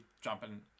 jumping